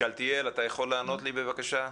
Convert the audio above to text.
שאלתיאל, אתה יכול לענות לי בבקשה?